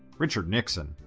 richard nixon,